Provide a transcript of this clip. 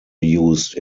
used